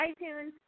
iTunes